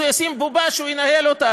אז הוא ישים בובה והוא ינהל אותה.